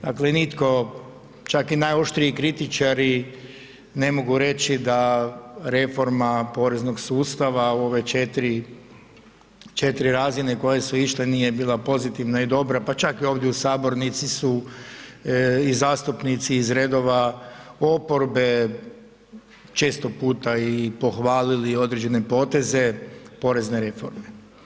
Dakle, nitko čak ni najoštriji kritičari ne mogu reći da reforma poreznog sustava u ove 4 razine koje su išle nije bila pozitivna i dobra, pa čak i ovdje u sabornici su i zastupnici iz redova oporbe često puta i pohvalili određene poteze porezne reforme.